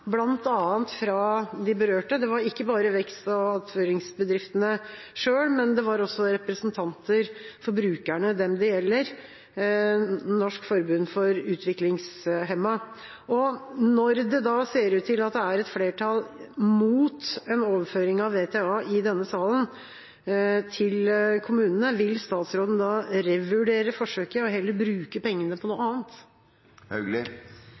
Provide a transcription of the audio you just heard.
fra de berørte, ikke bare fra vekst- og attføringsbedriftene, men også fra representanter for brukerne – dem det gjelder – Norsk forbund for utviklingshemmede. Når det ser ut til at det er et flertall i denne salen mot overføring av VTA til kommunene, vil statsråden da revurdere forsøket og heller bruke pengene på noe